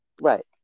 Right